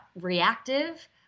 reactive